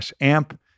amp